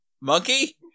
Monkey